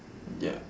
ya